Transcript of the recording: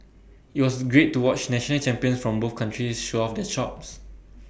IT was great to watch national champions from both countries show off their chops